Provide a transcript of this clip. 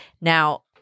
Now